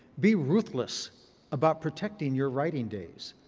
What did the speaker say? be ruthless about protecting your writing days.